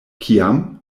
kiam